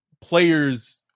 players